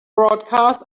broadcast